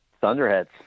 Thunderheads